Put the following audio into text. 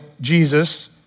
Jesus